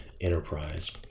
enterprise